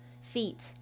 Feet